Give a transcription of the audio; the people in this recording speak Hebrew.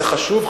זה חשוב,